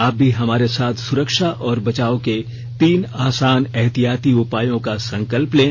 आप भी हमारे साथ सुरक्षा और बचाव के तीन आसान एहतियाती उपायों का संकल्प लें